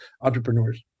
entrepreneurs